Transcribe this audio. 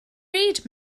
read